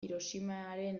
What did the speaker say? hiroshimaren